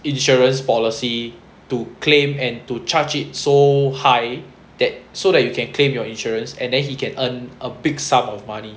insurance policy to claim and to charge it so high that so that you can claim your insurance and then he can earn a big sum of money